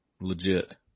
legit